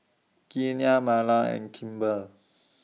Keanna Marla and Kimber